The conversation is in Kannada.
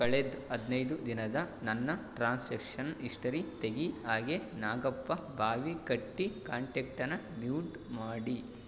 ಕಳೆದ ಹದಿನೈದು ದಿನದ ನನ್ನ ಟ್ರಾನ್ಸಾಕ್ಷನ್ ಹಿಸ್ಟರಿ ತೆಗಿ ಹಾಗೆ ನಾಗಪ್ಪ ಬಾವಿಕಟ್ಟಿ ಕಾಂಟ್ಯಾಕ್ಟನ್ನ ಮ್ಯೂಟ್ ಮಾಡಿ